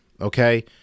okay